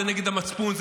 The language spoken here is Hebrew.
זה נגד המצפון,